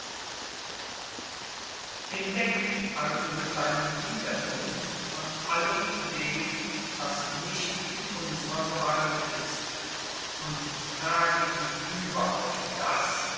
hinweg also mit deinem widerwillen von allem dem was nicht in unsrer gewalt ist und trage ihn über auf das